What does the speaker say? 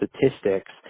statistics